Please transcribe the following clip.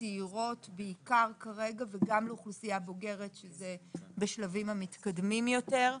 לצעירות בעיקר כרגע וגם לאוכלוסייה בוגרת שזה בשלבים המתקדמים יותר.